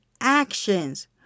actions